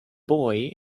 boy